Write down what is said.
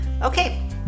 Okay